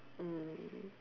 mm